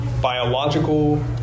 biological